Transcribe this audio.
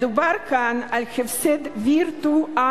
מדובר כאן על הפסד וירטואלי,